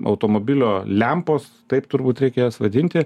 automobilio lempos taip turbūt reikia jas vadinti